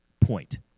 point